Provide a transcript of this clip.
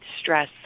stress